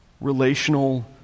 relational